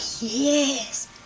yes